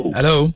Hello